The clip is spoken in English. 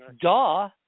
Duh